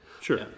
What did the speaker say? Sure